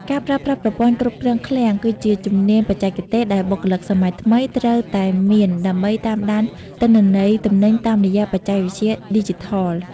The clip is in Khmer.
ការប្រើប្រាស់ប្រព័ន្ធគ្រប់គ្រងឃ្លាំង គឺជាជំនាញបច្ចេកទេសដែលបុគ្គលិកសម័យថ្មីត្រូវតែមានដើម្បីតាមដានទិន្នន័យទំនិញតាមរយៈបច្ចេកវិទ្យាឌីជីថល។